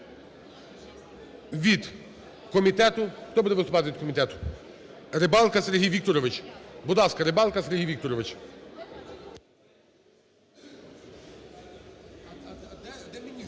від комітету… Хто буде виступати від комітету? Рибалка Сергій Вікторович. Будь ласка, Рибалка Сергій Вікторович.